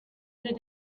did